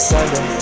Sunday